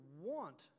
want